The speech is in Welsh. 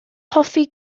hoffi